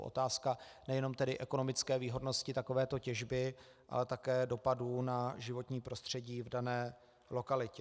Otázka nejenom tedy ekonomické výhodnosti takovéto těžby, ale také dopadů na životní prostředí v dané lokalitě.